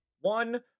one